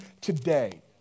today